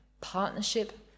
partnership